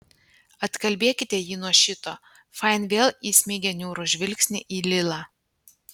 atkalbėkite jį nuo šito fain vėl įsmeigė niūrų žvilgsnį į lilą